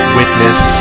witness